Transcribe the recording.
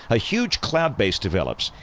a huge cloud base develops,